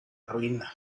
ruina